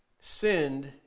Sinned